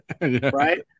right